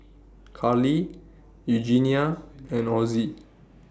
Karley Eugenia and Ozzie